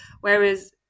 Whereas